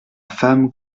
femme